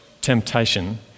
temptation